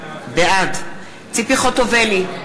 בעד ציפי חוטובלי,